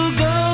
go